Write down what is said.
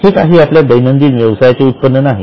हे काही आपल्या दैनंदिन व्यवसायाचे उत्पन्न नाही